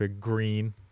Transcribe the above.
green